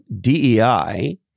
DEI